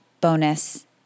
bonus